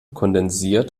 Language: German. kondensiert